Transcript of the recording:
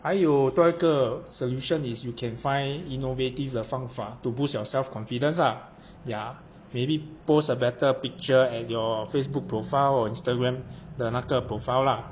还有多一个 solution is you can find innovative 的方法 to boost your self confidence lah ya maybe pose a better picture at your facebook profile or instagram 的那个 profile lah